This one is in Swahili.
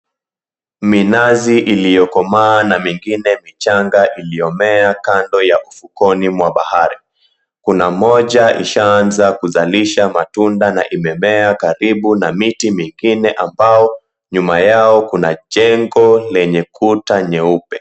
Minazi iliyokomaa na mengine michanga iliyomea kando ya ukufweni mwa bahari, kuna moja ishaanza kuzalisha matunda na imemea karibu na miti mingine ambayo nyuma yao kuna jengo lenye kuta nyeupe.